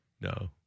No